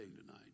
tonight